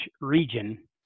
region